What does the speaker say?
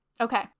Okay